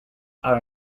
are